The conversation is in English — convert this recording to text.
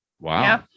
Wow